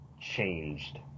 changed